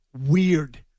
weird